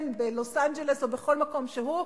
בניו-יורק או בלוס-אנג'לס או בכל מקום שהוא,